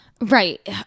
Right